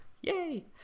Yay